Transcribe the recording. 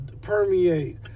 permeate